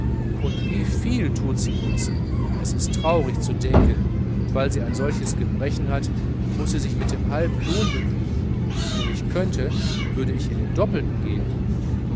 und wieviel tut sie uns es ist traurig zu denken weil sie ein solches gebrechen hat muß sie sich mit halbem lohn begnügen wenn ich könnte würde ich ihr den doppelten geben